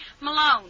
Malone